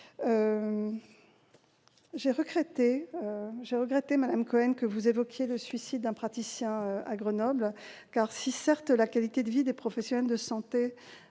J'ai regretté, madame Cohen, que vous évoquiez le suicide d'un praticien à Grenoble. Si la qualité de vie des professionnels de santé